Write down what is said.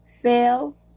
fail